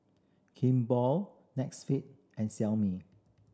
Kimball Netflix and Xiaomi